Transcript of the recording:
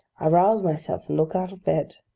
i rouse myself, and look out of bed.